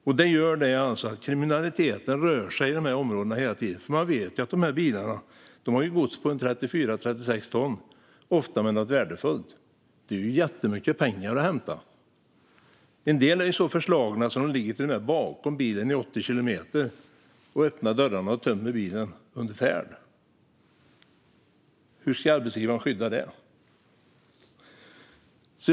Att det inte finns tydlighet i detta gör att kriminaliteten rör sig i de här områdena hela tiden, för man vet att bilarna har gods på 34-36 ton, och ofta är de lastade med något värdefullt. Det är ju jättemycket pengar att hämta! En del är så förslagna att de till och med ligger bakom bilen i 80 kilometer i timmen och öppnar dörrarna och tömmer bilen under färd. Hur ska arbetsgivaren skydda föraren från det?